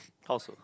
how so